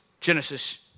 Genesis